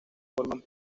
forman